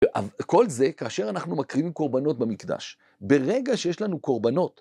כל זה כאשר אנחנו מקריבים קורבנות במקדש. ברגע שיש לנו קורבנות.